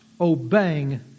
Obeying